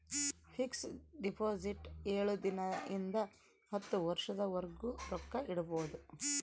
fix deposit ಏಳು ದಿನ ಇಂದ ಹತ್ತು ವರ್ಷದ ವರ್ಗು ರೊಕ್ಕ ಇಡ್ಬೊದು